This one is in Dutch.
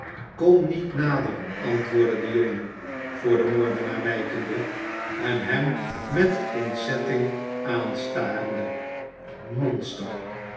kom niet nader antwoordde de jongen voor den moordenaar wijkende en hem met ontzetting aanstarende monster